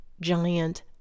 Giant